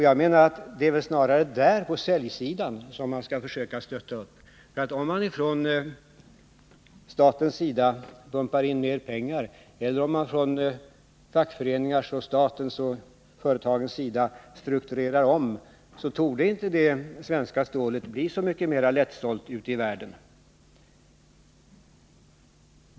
Jag menar att det är väl snarare där, på säljsidan, som man skall försöka stötta upp verksamheten, för om staten pumpar in mer pengar eller om fackföreningarna och staten och företagen strukturerar om, så torde inte det svenska stålet bli så mycket mera lättsålt ute i världen.